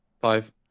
Five